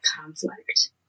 conflict